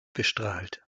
bestrahlt